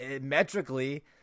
metrically